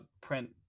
print